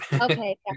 Okay